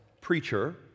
preacher